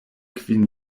kvin